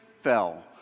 fell